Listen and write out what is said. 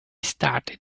started